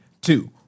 two